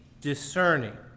discerning